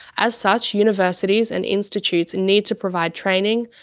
as such, universities and institutes and need to provide training,